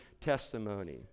testimony